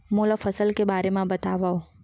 मोला फसल के बारे म बतावव?